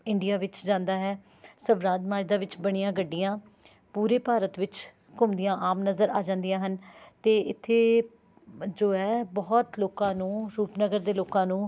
India ਵਿੱਚ ਜਾਂਦਾ ਹੈ ਸਵਰਾਜ ਮਾਜਡਾ ਵਿੱਚ ਬਣੀਆਂ ਗੱਡੀਆਂ ਪੂਰੇ ਭਾਰਤ ਵਿੱਚ ਘੁੰਮਦੀਆਂ ਆਮ ਨਜ਼ਰ ਆ ਜਾਂਦੀਆਂ ਹਨ ਅਤੇ ਇੱਥੇ ਜੋ ਹੈ ਬਹੁਤ ਲੋਕਾਂ ਨੂੰ ਰੂਪਨਗਰ ਦੇ ਲੋਕਾਂ ਨੂੰ